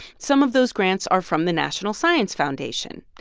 some of those grants are from the national science foundation.